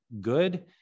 good